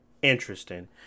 interesting